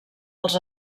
els